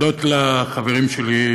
תודות לחברים שלי,